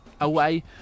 Away